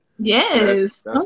yes